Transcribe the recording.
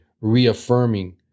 reaffirming